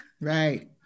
Right